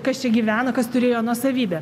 kas čia gyveno kas turėjo nuosavybę